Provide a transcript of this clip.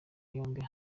yombi